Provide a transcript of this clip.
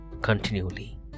continually